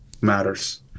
matters